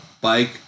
bike